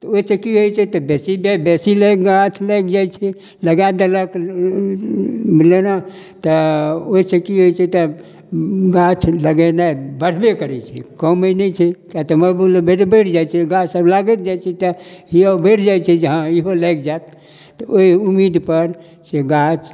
तऽ ओहिसँ कि होइ छै तऽ बेसी दै बेसी लै गाछ लागि जाइ छै लगा देलक बुझलिए ने तऽ ओहिसँ कि होइ छै तऽ गाछ लगेनाइ बढ़बै करै छै कमे नहि छै किएक तऽ मनोबल बढ़ि जाइ छै गाछसब लागैत जाइ छै तऽ हिए बढ़ि जाइ छै जँ हँ इहो लागि जाएत तऽ ओहि उम्मीदपर से गाछ